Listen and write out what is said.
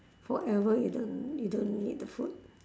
forever you don't you don't need the food